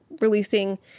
releasing